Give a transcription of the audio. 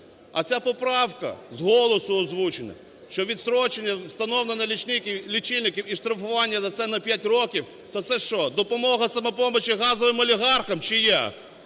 А ця поправка, з голосу озвучена, що відстрочення встановлення лічильників і штрафування за це на п'ять років, то це що, допомога "Самопомочі" газовим олігархам чи як?